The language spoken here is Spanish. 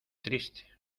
triste